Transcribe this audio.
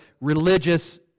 religious